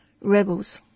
rebels